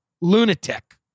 lunatic